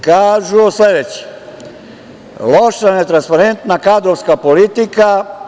Kažu sledeće – loša netransparentna kadrovska politika.